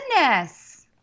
goodness